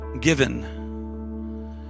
given